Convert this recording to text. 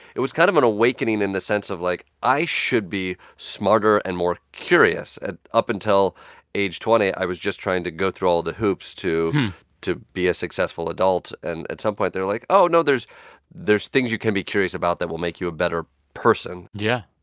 it was kind of an awakening in the sense of, like, i should be smarter and more curious. up until age twenty, i was just trying to go through all the hoops to to be a successful adult. and at some point, they're like, oh, no, there's there's things you can be curious about that will make you a better person yeah.